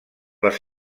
les